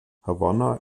havanna